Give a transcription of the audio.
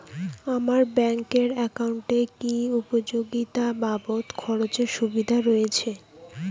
আমার ব্যাংক এর একাউন্টে কি উপযোগিতা বাবদ খরচের সুবিধা রয়েছে?